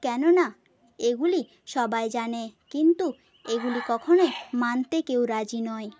কেন না এগুলি সবাই জানে কিন্তু এগুলি কখনোই মানতে কেউ রাজি নয়